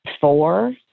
four